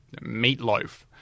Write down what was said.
meatloaf